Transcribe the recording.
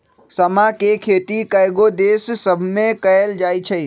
समा के खेती कयगो देश सभमें कएल जाइ छइ